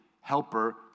helper